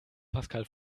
pascal